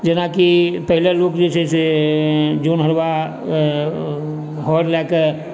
जेनाकि पहिने लोक जे छै से जन हरवाह हर लए कऽ